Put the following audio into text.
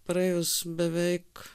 praėjus beveik